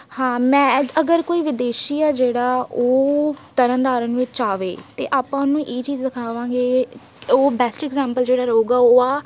ਹਾਂ ਮੈਂ ਅਗਰ ਕੋਈ ਵਿਦੇਸ਼ੀ ਆ ਜਿਹੜਾ ਉਹ ਤਰਨ ਤਾਰਨ ਵਿੱਚ ਆਵੇ ਤਾਂ ਆਪਾਂ ਉਹਨੂੰ ਇਹ ਚੀਜ਼ ਦਿਖਾਵਾਂਗੇ ਉਹ ਬੈਸਟ ਐਗਜਾਮਪਲ ਜਿਹੜਾ ਰਹੂੰਗਾ ਆ ਉਹ ਆ